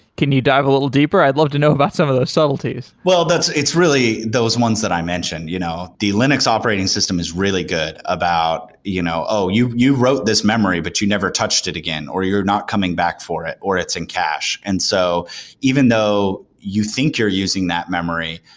can you dive a little deeper? i'd love to know about some of those subtleties. it's really those ones that i mentioned. you know the linux operating system is really good about, you know oh! you you wrote this memory, but you never touched it again, or you're not coming back for it, or it's in cache. and so even though you think you're using that memory,